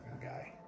guy